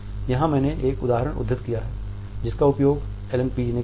यहाँ मैंने एक उदाहरण उद्धृत किया है जिसका उपयोग एलन पीज़ ने किया है